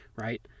right